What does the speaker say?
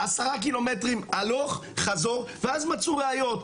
10 קילומטרים הלוך חזור ואז מצאו ראיות.